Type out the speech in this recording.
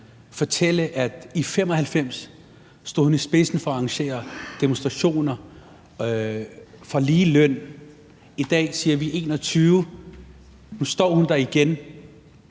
fortælle, at i 1995 stod hun i spidsen for at arrangere demonstrationer for ligeløn. I dag skriver vi 2021. Nu står hun der igen,